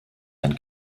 ein